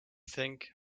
think